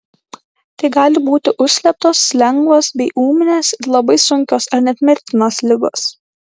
tai gali būti užslėptos lengvos bei ūminės ir labai sunkios ar net mirtinos ligos